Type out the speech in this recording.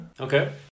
okay